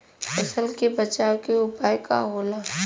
फसल के बचाव के उपाय का होला?